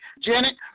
Janet